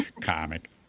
comic